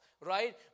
right